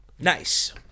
Nice